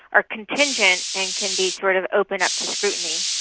are contingent and can be, sort of, opened up to scrutiny.